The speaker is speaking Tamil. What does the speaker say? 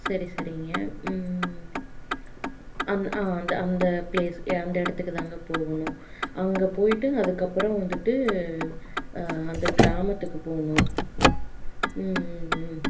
சரி சரிங்க ம்ம்ம் அந் ஆ அந்த அந்த ப்ளேஸ் யா அந்த இடத்துக்கு தாங்க போகணும் அங்கே போய்ட்டு அதுக்கப்புறம் வந்துட்டு அந்த கிராமத்துக்கு போகணும் ம்ம்ம்